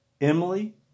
Emily